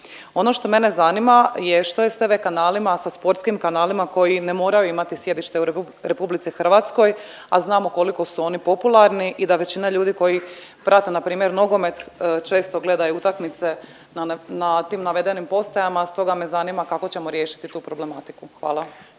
Ono što mene zanima je što je s tv kanalima, sa sportskim kanalima koji ne moraju imati sjedište u Republici Hrvatskoj, a znamo koliko su oni popularni i da većina ljudi koji prate na primjer nogomet često gledaju utakmice na tim navedenim postajama, stoga me zanima kako ćemo riješiti tu problematiku. Hvala.